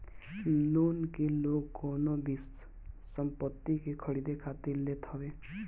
loan के लोग कवनो भी संपत्ति के खरीदे खातिर लेत हवे